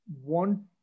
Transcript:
want